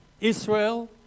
Israel